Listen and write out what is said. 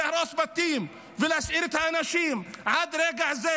להרוס בתים ולהשאיר את האנשים עד רגע זה.